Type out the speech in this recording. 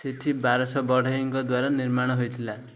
ସେଇଠି ବାରଶହ ବଢ଼େଇଙ୍କ ଦ୍ୱାରା ନିର୍ମାଣ ହୋଇଥିଲା